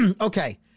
Okay